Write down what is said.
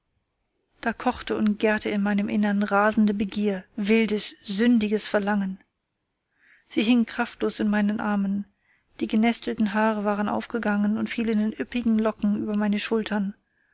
da kochte und gärte in meinem innern rasende begier wildes sündiges verlangen sie hing kraftlos in meinen armen die genestelten haare waren aufgegangen und fielen in üppigen locken über meine schultern